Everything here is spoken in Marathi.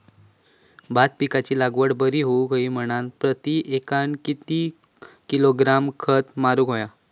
भात पिकाची लागवड बरी होऊक होई म्हणान प्रति एकर किती किलोग्रॅम खत मारुक होया?